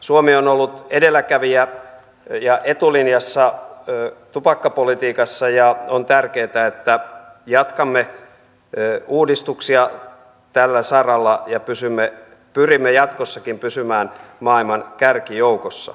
suomi on ollut edelläkävijä ja etulinjassa tupakkapolitiikassa ja on tärkeätä että jatkamme uudistuksia tällä saralla ja pyrimme jatkossakin pysymään maailman kärkijoukossa